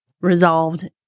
resolved